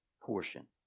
portion